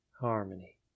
Harmony